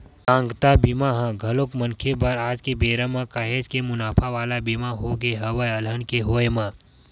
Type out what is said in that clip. बिकलांगता बीमा ह घलोक मनखे बर आज के बेरा म काहेच के मुनाफा वाला बीमा होगे हवय अलहन के होय म